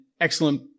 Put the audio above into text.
excellent